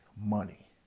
money